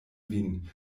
vin